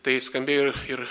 tai skambėjo ir ir